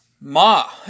Ma